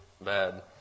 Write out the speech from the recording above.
bad